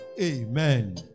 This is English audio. Amen